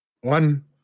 One